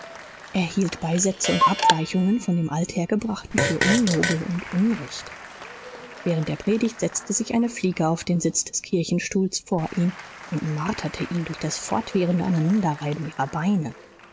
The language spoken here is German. hielt beisätze und abweichungen von dem althergebrachten für unnobel und unrecht während der predigt setzt sich eine fliege auf den sitz des kirchenstuhls vor ihm und marterte ihn durch das fortwährende aneinanderreiben ihrer beine